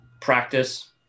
practice